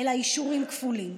אלא אישורים כפולים.